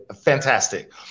fantastic